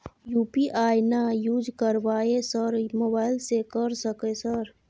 UPI ना use करवाएं sir mobile से कर सके सर?